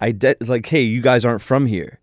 a debt is like, hey, you guys aren't from here.